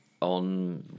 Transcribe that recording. on